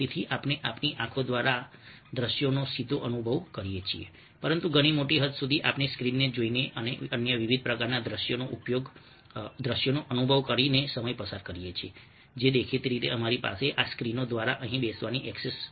તેથી આપણે આપણી આંખો દ્વારા દ્રશ્યનો સીધો અનુભવ કરીએ છીએ પરંતુ ઘણી મોટી હદ સુધી આપણે સ્ક્રીનને જોઈને અને અન્ય વિવિધ પ્રકારના દ્રશ્યોનો અનુભવ કરીને સમય પસાર કરીએ છીએ જે દેખીતી રીતે અમારી પાસે આ સ્ક્રીનો દ્વારા અહીં બેસવાની ઍક્સેસ નથી